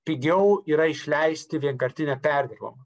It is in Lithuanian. pigiau yra išleisti vienkartinę perdirbamą